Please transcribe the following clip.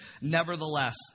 Nevertheless